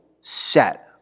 set